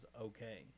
okay